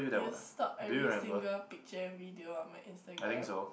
you will stalk every single picture and video on my Instagram